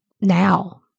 now